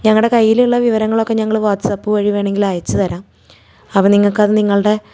ഞങ്ങളുടെ കൈയിലുള്ള വിവരങ്ങളൊക്കെ ഞങ്ങൾ വാട്ട്സപ്പ് വഴി വേണങ്കിലയച്ചു തരാം അപ്പം നിങ്ങൾക്കത് നിങ്ങളുടെ